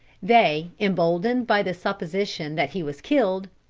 they, emboldened by the supposition that he was killed,